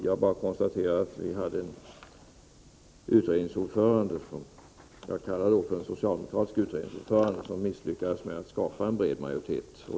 Jag har bara konstaterat att vi hade en utredningsordförande — som jag kallar en socialdemokratisk utredningsordförande — vilken misslyckades med att skapa en bred majoritet.